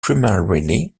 primarily